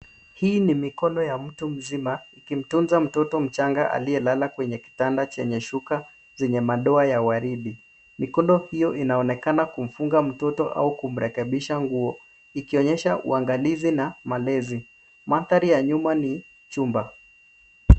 Hii ni mikono ya mtu mzima, ikimtunza mtoto mchanga aliyelala kwenye kitanda chenye shuka zenye madoa ya waridi. Mikono hiyo inaonekana kumfunga mtoto au kumrekebisha nguo, ikionyesha uangalizi na malezi. Mandhari ya nyuma ni chumba.